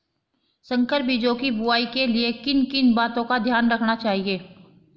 संकर बीजों की बुआई के लिए किन किन बातों का ध्यान रखना चाहिए?